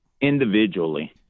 Individually